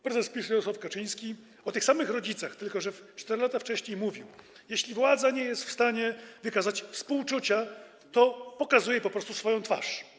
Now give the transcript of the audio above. Prezes PiS Jarosław Kaczyński o tych samych rodzicach, tylko że 4 lata wcześniej, mówił: Jeśli władza nie jest w stanie wykazać współczucia, to pokazuje po prostu swoją twarz.